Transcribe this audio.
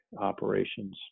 operations